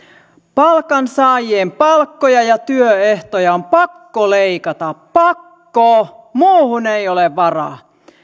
palkansaajien palkkoja ja työehtoja on pakko leikata pakko muuhun ei ole varaa